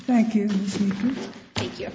thank you thank you